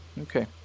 okay